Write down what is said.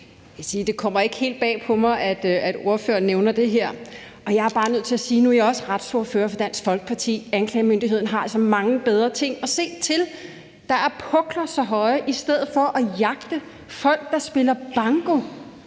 det kommer ikke helt bag på mig, at ordføreren nævner det her, og jeg er bare nødt til at sige, for nu er jeg også retsordfører for Dansk Folkeparti, at anklagemyndigheden altså har mange bedre ting at se til. Der er sagspukler så høje, og i stedet jagter man folk, der spiller banko.